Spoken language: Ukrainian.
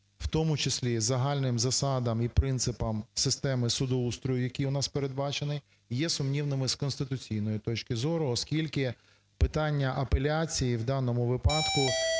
в тому числі загальним засадам і принципам системи судоустрою, який в нас передбачений, і є сумнівними з конституційної точки зору, оскільки питання апеляції в даному випадку